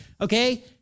Okay